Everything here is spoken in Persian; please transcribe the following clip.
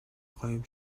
قایم